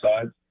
sides